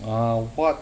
err what